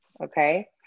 Okay